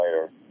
later